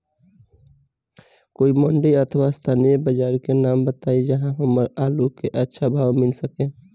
कोई मंडी अथवा स्थानीय बाजार के नाम बताई जहां हमर आलू के अच्छा भाव मिल सके?